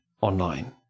online